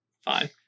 Fine